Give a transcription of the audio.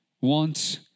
wants